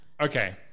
Okay